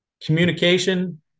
Communication